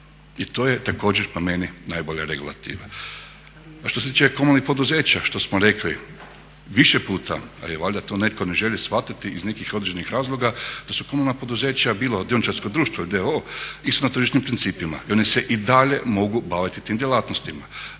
i to je također po meni najbolja regulativa. Što se tiče komunalnih poduzeća, što smo rekli više puta, ali valjda to netko ne želi shvatiti iz nekih određenih razloga, da su komunalna poduzeća bila dioničarsko društvo, d.o.o. isto na tržišnim principima i oni se i dalje mogu baviti tim djelatnostima.